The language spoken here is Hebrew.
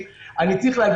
אני צריך להירשם באזור האישי.